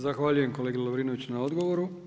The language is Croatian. Zahvaljujem kolegi Lovrinoviću na odgovoru.